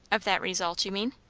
of that result, you mean?